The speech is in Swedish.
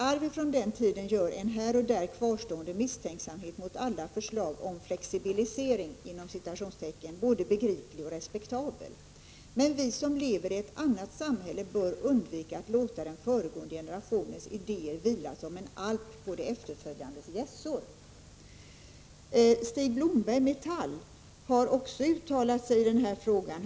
Arvet från den tiden gör en här och där kvarstående misstänksamhet mot alla förslag om ”flexibilisering” både begriplig och respektabel. Men vi som lever i ett annat samhälle bör undvika att låta ”den föregående generationens idéer vila som en alp på de efterföljandes hjässor'.” Leif Blomberg, Metall, har också uttalat sig i frågan.